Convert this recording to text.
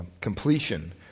completion